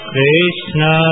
Krishna